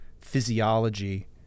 physiology